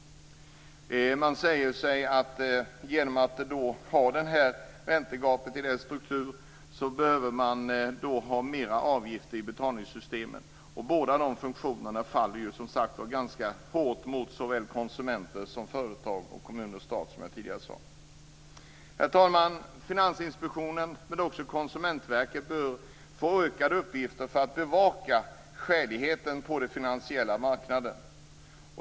Man säger att genom att man har denna struktur på räntegapet behöver man ha mer avgifter i betalningssystemen. Båda de funktionerna drabbar hårt både företag och konsumenter, samt kommuner och stat, som jag tidigare sade. Herr talman! Finansinspektionen men också Konsumentverket bör få ökade uppgifter för att bevaka skäligheten på den finansiella marknaden.